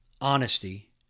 honesty